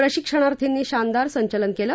प्रशिक्षणार्थीनी शानदार संचलन केलं